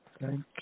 Thank